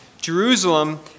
Jerusalem